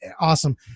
Awesome